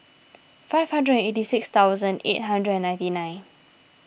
five hundred and eighty six thousand eight hundred and ninety nine